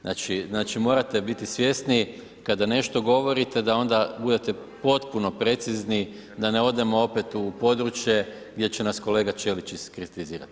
Znači morate biti svjesni kada nešto govorite da onda budete potpuno precizni da ne odemo opet u područje gdje će nas kolega Ćelić iskritizirati.